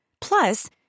Plus